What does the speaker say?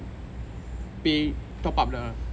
pay top up the